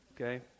okay